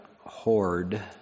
horde